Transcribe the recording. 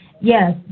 Yes